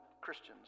Christians